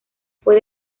fue